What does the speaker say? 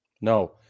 No